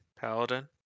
Paladin